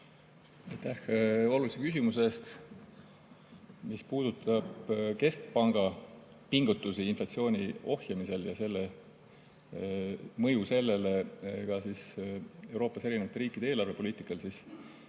olulise küsimuse eest! Mis puudutab keskpanga pingutusi inflatsiooni ohjamisel ja selle mõju Euroopas erinevate riikide eelarvepoliitikale, siis